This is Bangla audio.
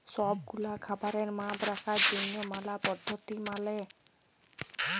সব গুলা খাবারের মাপ রাখার জনহ ম্যালা পদ্ধতি মালে